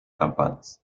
campanas